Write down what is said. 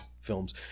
films